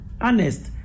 honest